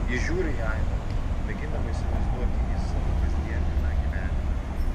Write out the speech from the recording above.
ji žiūri į aivarą mėgindama įsivaizduoti jį savo kasdieniame gyvenime